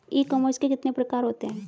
ई commerce के कितने प्रकार होते हैं?